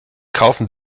kaufen